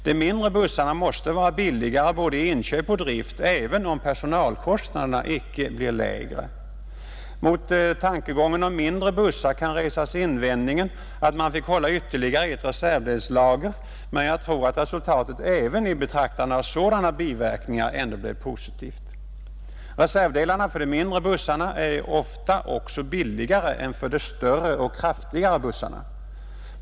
De mindre bussarna måste vara billigare i både inköp och drift, även om personalkostnaderna icke blir lägre. Mot tankegången om Ang. förbättring av mindre bussar kan resas invändningen att man fick hålla ytterligare ett Hranspor tförsörjreservdelslager, men jag tror att resultatet även i betraktande av sådana = ”IN8eN I Småland och Blekinge biverkningar ändå blev positivt. Reservdelarna för de mindre bussarna är ofta också billigare än för de större och kraftigare bussarna.